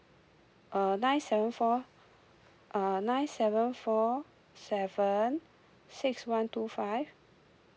uh nine seven four uh nine seven four seven six one two five